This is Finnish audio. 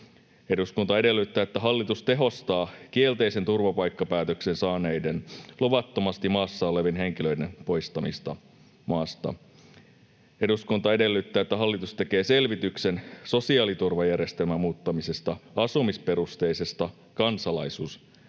”Eduskunta edellyttää, että hallitus tehostaa kielteisen turvapaikkapäätöksen saaneiden, luvattomasti maassa olevien henkilöiden poistamista maasta.” ”Eduskunta edellyttää, että hallitus tekee selvityksen sosiaaliturvajärjestelmän muuttamisesta asumisperusteisesta kansalaisuusperusteiseksi.”